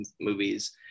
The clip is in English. movies